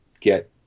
get